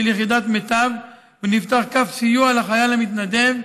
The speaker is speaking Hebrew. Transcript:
יחידת מיטב ונפתח קו סיוע לחייל המתנדב,